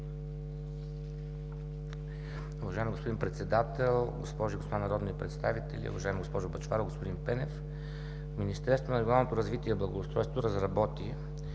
Уважаеми господин Председател, госпожи и господа народни представители! Уважаеми госпожо Бъчварова, господин Пенев, Министерството на регионалното развитие и благоустройството разработи